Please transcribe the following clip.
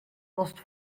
last